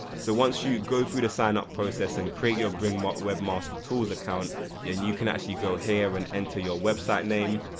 so once you go through the signup process and create your bring webmaster tools account yeah and you can actually go here and enter your website name,